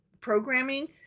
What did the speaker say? programming